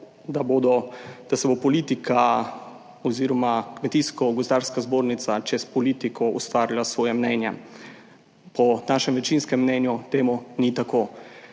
Tukaj govorimo, da bo Kmetijsko gozdarska zbornica čez politiko ustvarila svoje mnenje. Po našem večinskem mnenju to ni tako.